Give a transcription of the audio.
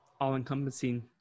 all-encompassing